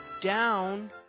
Down